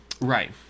right